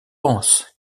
pensent